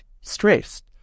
stressed